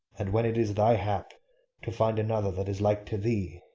and when it is thy hap to find another that is like to thee,